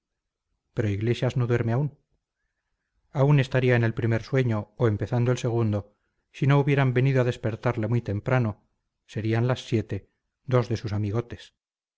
pero iglesias no duerme aún aún estaría en el primer sueño o empezando el segundo si no hubieran venido a despertarle muy temprano serían las siete dos de sus amigotes